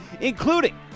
including